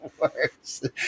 worse